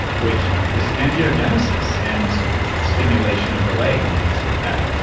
which is angiogenesis and stimulation of the leg and things like that.